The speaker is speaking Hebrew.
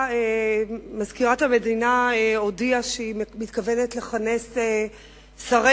מזכירת המדינה הודיעה שהיא מתכוונת לכנס שרי